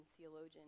theologian